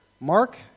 Mark